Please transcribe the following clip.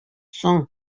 соң